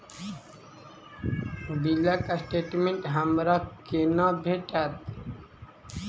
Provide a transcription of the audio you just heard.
बिलक स्टेटमेंट हमरा केना भेटत?